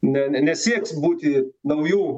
ne ne nesieks būti naujų